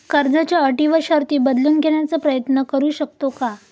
कर्जाच्या अटी व शर्ती बदलून घेण्याचा प्रयत्न करू शकतो का?